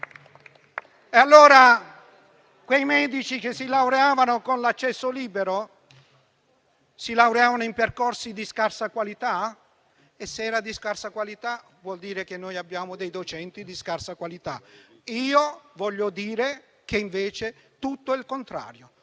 laurearmi. Quei medici che si laureavano con l'accesso libero lo facevano in percorsi di scarsa qualità? Se erano di scarsa qualità, vuol dire che noi abbiamo dei docenti di scarsa qualità. Io voglio dire che, invece, è tutto il contrario.